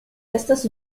estas